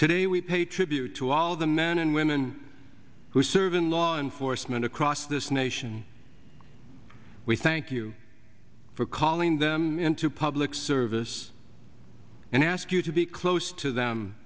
today we pay tribute to all the men and women who serve in law enforcement across this nation we thank you for calling them into public service and ask you to be close to them